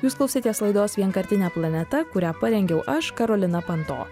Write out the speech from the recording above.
jūs klausėtės laidos vienkartinė planeta kurią parengiau aš karolina panto